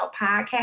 podcast